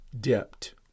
depth